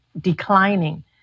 declining